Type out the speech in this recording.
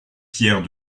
pierre